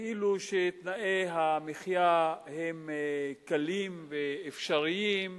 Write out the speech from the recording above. כאילו תנאי המחיה קלים ואפשריים,